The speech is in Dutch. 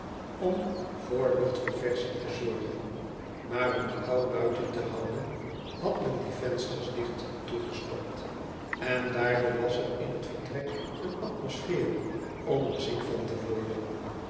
om voor luchtverversching te zorgen maar om de kou buiten te houden had men die vensters dicht toegestopt en daardoor was er in het vertrek een atmosfeer om er ziek van te worden